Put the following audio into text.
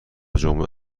جمعه